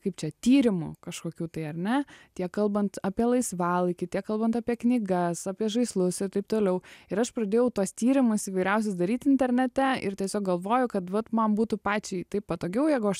kaip čia tyrimų kažkokių tai ar ne tiek kalbant apie laisvalaikį tiek kalbant apie knygas apie žaislus ir taip toliau ir aš pradėjau tuos tyrimus įvairiausius daryt internete ir tiesiog galvoju kad man būtų pačiai taip patogiau jeigu aš